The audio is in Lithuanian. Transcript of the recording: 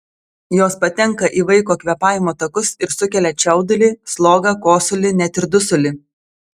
jos patenka į vaiko kvėpavimo takus ir sukelia čiaudulį slogą kosulį net ir dusulį